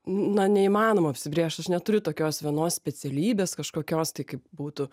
na neįmanoma apsibrėžt aš neturiu tokios vienos specialybės kažkokios tai kaip būtų